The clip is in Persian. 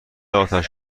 آتش